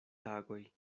tagoj